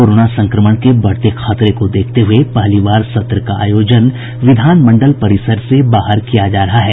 corona संक्रमण के बढ़ते खतरे को देखते हुए पहली बार सत्र का आयोजन विधानमंडल परिसर से बाहर किया जा रहा है